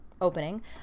opening